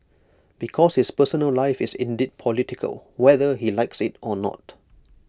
because his personal life is indeed political whether he likes IT or not